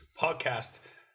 Podcast